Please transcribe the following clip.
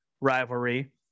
rivalry